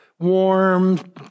Warm